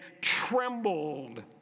trembled